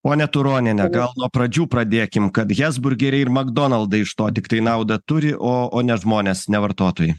ponia turoniene gal nuo pradžių pradėkim kad hesburgeriai ir makdonaldai iš to tiktai naudą turi o o ne žmonės ne vartotojai